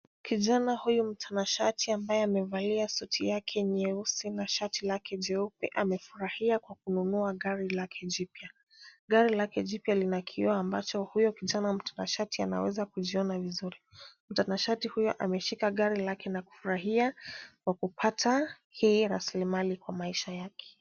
Kijana huyu mtanashati ambaye amevalia suti yake nyeusi na shati lake jeupe, amefurahia kununua gari lake jipyaa. Gari lake jipya lina kioo ambacho huyo kijana mtanashati anaweza kujiona vizuri. Mtanashati huyo ameshika gari lake na kufurahia kwa kupata hii rasilimali kwa maisha yake.